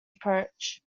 approach